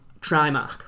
Trimark